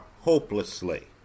hopelessly